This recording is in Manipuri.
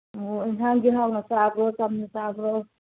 ꯑꯣ ꯌꯦꯟꯁꯥꯡꯗꯤ ꯍꯥꯎꯅ ꯆꯥꯕ꯭ꯔꯣ ꯆꯝꯅ ꯆꯥꯕ꯭ꯔꯣ